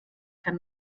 kann